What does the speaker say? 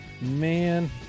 man